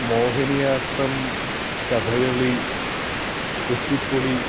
Mohini Attam Kathakali Kuchipudi